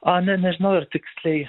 o ne ne nežinau ar tiksliai